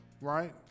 right